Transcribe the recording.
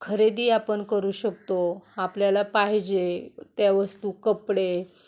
खरेदी आपण करू शकतो आपल्याला पाहिजे त्या वस्तू कपडे